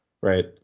right